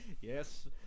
Yes